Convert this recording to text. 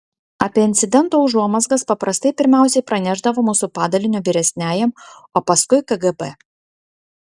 apie incidento užuomazgas paprastai pirmiausiai pranešdavo mūsų padalinio vyresniajam o paskui kgb